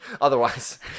Otherwise